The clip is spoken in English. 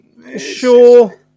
sure